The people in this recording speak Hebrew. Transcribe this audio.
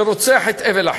שרוצח את הבל אחיו.